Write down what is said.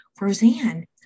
Roseanne